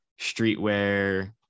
Streetwear